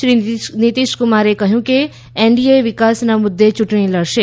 શ્રી નીતીશકુમારે કહયું કે એનડીએ વિકાસના મુદૃે ચુંટણી લડશે